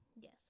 Yes